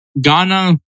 Ghana